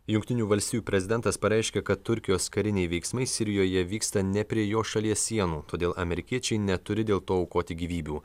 jungtinių valstijų prezidentas pareiškė kad turkijos kariniai veiksmai sirijoje vyksta ne prie jo šalies sienų todėl amerikiečiai neturi dėl to aukoti gyvybių